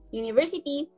university